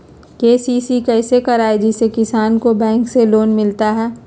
KCC कैसे कराये जिसमे किसान को बैंक से लोन मिलता है?